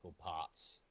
parts